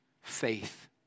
faith